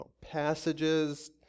passages